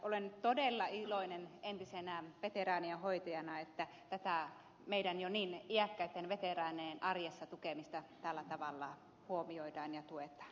olen todella iloinen entisenä veteraanien hoitajana että tätä meidän jo niin iäkkäitten veteraanien arjessa selviytymistä tällä tavalla huomioidaan ja tuetaan